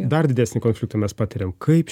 dar didesnį konfliktą mes patiriam kaip